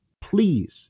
Please